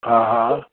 हा हा